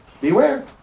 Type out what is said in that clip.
Beware